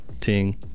ting